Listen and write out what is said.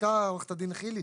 צדקה עורכת הדין חילי,